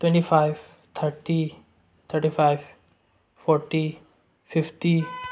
twenty five thirty thirty five forty fifty